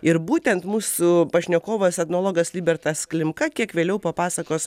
ir būtent mūsų pašnekovas etnologas libertas klimka kiek vėliau papasakos